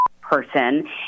person